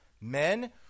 Men